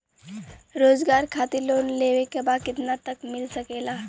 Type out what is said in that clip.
रोजगार खातिर लोन लेवेके बा कितना तक मिल सकेला?